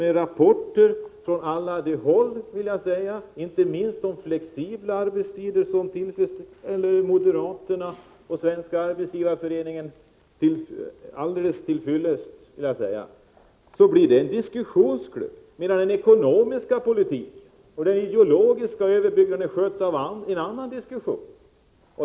Med rapporter från alla de håll — inte minst rapporter om flexibla arbetstider som tillfredsställer önskemålen hos moderaterna och Svenska arbetsgivareföreningen — blir DELFA en diskussionsklubb, medan den ekonomiska politiken och det som rör den ideologiska överbyggnaden ventileras i en annan diskussion.